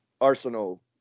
Arsenal